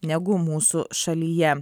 negu mūsų šalyje